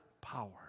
power